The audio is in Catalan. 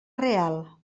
real